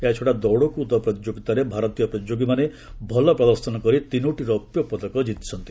ଏହାଛଡ଼ା ଦୌଡ଼କୁଦ ପ୍ରତିଯୋଗିତାରେ ଭାରତୀୟ ପ୍ରତିଯୋଗିମାନେ ଭଲ ପ୍ରଦର୍ଶନ କରି ତିନୋଟି ରୌପ୍ୟ ପଦକ କିତିଛନ୍ତି